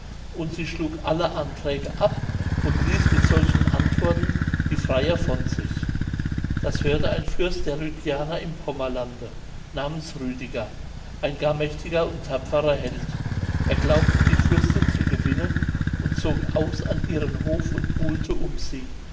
und sie schlug alle anträge ab und ließ mit solchen antworten die freier von sich das hörte ein fürst der rügianer im pommerlande namens rütiger ein gar mächtiger und tapferer held er glaubte die fürstin zu gewinnen und zog aus an ihren hof und buhlte um sie